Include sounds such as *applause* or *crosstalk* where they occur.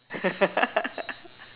*laughs*